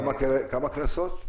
כמה קנסות?